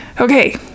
Okay